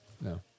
No